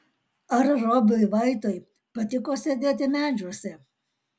ar robiui vaitui patiko sėdėti medžiuose